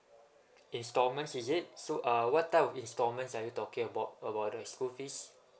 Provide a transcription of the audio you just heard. installments is it so uh what type of installments are you talking about about the school fees